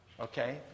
Okay